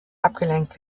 abgelenkt